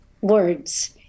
words